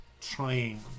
trying